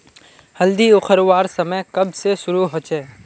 हल्दी उखरवार समय कब से शुरू होचए?